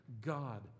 god